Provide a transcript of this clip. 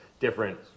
different